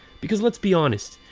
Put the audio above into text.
because let's be honest,